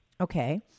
Okay